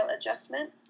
adjustment